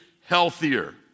healthier